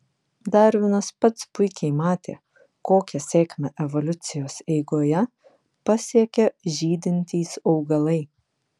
darvinas pats puikiai matė kokią sėkmę evoliucijos eigoje pasiekė žydintys augalai